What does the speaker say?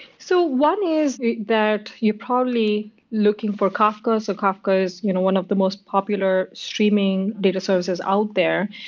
so one is that you're probably looking for kafka, so kafka is you know one of the most popular streaming data services out there.